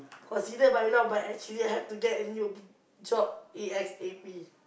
consider by now but actually I have to get a new job A_S_A_P